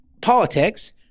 politics